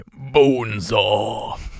Bonesaw